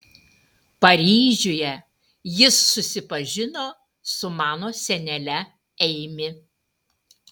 paryžiuje jis susipažino su mano senele eimi